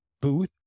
booth